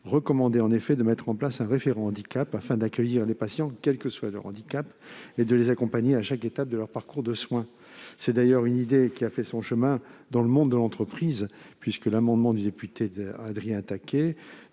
recommandait en effet de mettre en place un référent « handicap » afin d'accueillir les patients, quel que soit leur handicap, et de les accompagner à chaque étape de leur parcours de soins. C'est d'ailleurs une idée qui a fait son chemin dans le monde de l'entreprise, puisque, sur l'initiative du député Adrien Taquet,